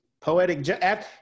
poetic